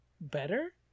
better